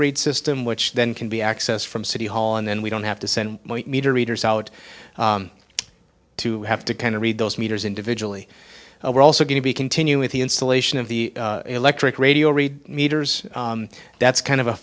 read system which then can be accessed from city hall and then we don't have to send meter readers out to have to kind of read those meters individually but we're also going to be continue with the installation of the electric radio read meters that's kind of a